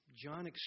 John